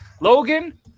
Logan